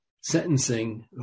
sentencing